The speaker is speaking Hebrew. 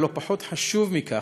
ולא פחות חשוב מכך: